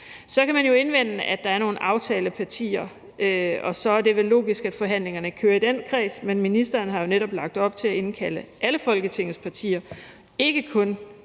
Så kan man jo indvende, at der er nogle aftalepartier, og at det vel så er logisk, at forhandlingerne kører i den kreds, men ministeren har jo netop lagt op til at indkalde alle Folketingets partier, ikke kun forligskredsen.